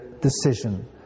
decision